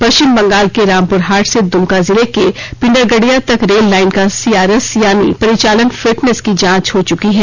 पश्चिम बंगाल के रामपुरहाट से द्मका जिले के पिंडरगडिया तक रेल लाइन का सीआरएस यानी पारिचालन फिटनेस की जॉंच हो चुकी है